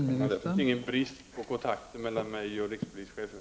Fru talman! Det finns inga brister i fråga om kontakter mellan mig och rikspolischefen.